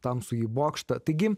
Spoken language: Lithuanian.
tamsųjį bokštą taigi